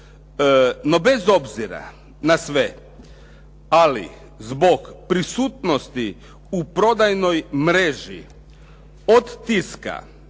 No, bez obzira na sve ali zbog prisutnosti u prodajnoj mreži od tiska